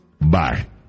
Bye